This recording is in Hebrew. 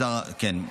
כן.